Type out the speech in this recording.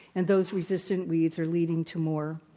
and those resistant weeds are leading to more